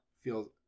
Feels